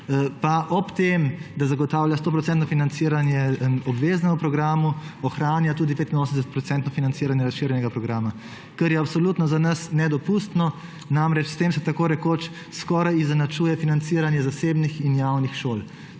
pa ob tem, da zagotavlja 100-odstotno financiranje obveznemu programu, ohranja tudi 85-odstotno financiranje razširjenega programa, kar je za nas absolutno nedopustno. Namreč, s tem se tako rekoč skoraj izenačuje financiranje zasebnih in javnih šol.